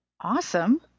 Awesome